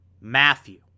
Matthew